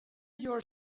your